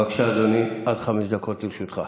בבקשה, אדוני, עד חמש דקות לרשותך.